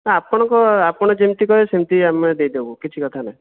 ନା ଆପଣଙ୍କ ଆପଣ ଯେମତି କହିବେ ସେମତି ଆମେ ଦେଇଦେବୁ କିଛି କଥା ନାହିଁ